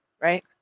right